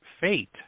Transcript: fate